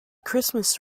christmas